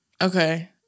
Okay